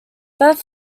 beth